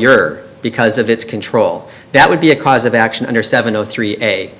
you're because of its control that would be a cause of action under seven zero three eight